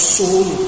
soul